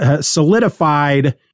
solidified